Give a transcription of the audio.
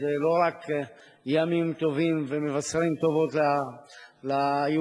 זה לא רק ימים טובים ומבשרים טובות ליהודים,